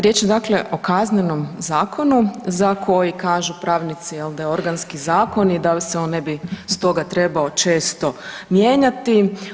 Riječ je dakle o Kaznenom zakonu za koji kažu pravnici da je organski zakon i da se on ne bi stoga trebao često mijenjati.